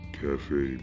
cafe